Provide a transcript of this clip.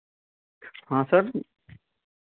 हाँ सर